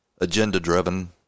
agenda-driven